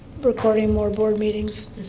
recording more board meetings.